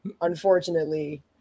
unfortunately